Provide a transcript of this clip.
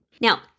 Now